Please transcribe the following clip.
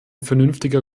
vernünftiger